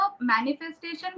manifestation